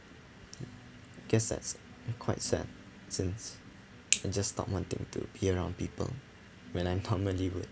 guess that's quite sad since and I just stop wanting to be around people when I normally would